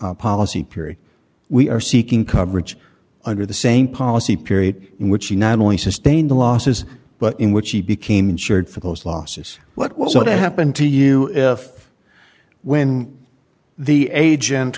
peer policy period we are seeking coverage under the same policy period in which he not only sustained the losses but in which he became insured for those losses what's going to happen to you if when the agent